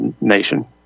nation